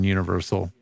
Universal